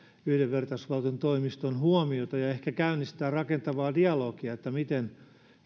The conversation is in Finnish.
yhdenvertaisuusvaltuutetun toimiston huomiota ja ehkä käynnistää rakentavaa dialogia siitä miten